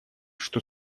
что